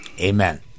Amen